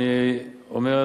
ואני אומר,